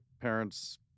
parents